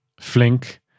Flink